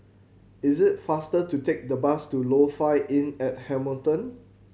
is it faster to take the bus to Lofi Inn at Hamilton